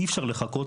אי אפשר לחכות,